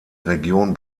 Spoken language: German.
region